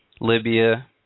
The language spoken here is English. Libya